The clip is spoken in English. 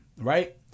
right